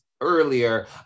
earlier